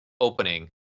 opening